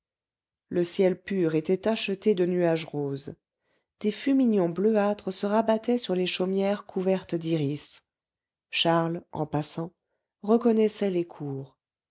le ciel pur était tacheté de nuages roses des fumignons bleuâtres se rabattaient sur les chaumières couvertes d'iris charles en passant reconnaissait les cours